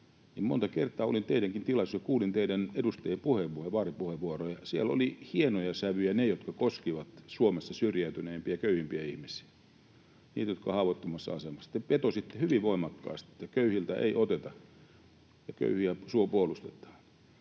monta kertaa olin teidänkin tilaisuudessa ja kuulin teidän edustajienne vaalipuheenvuoroja, että siellä olivat hienoja sävyjä ne, jotka koskivat Suomessa syrjäytyneimpiä ja köyhimpiä ihmisiä, heitä, jotka ovat haavoittuvassa asemassa. Te vetositte hyvin voimakkaasti, että köyhiltä ei oteta ja köyhiä puolustetaan,